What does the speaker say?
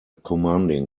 commanding